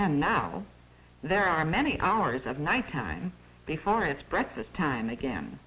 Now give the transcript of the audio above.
and now there are many hours of night time before it's breakfast time again